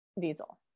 diesel